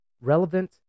relevant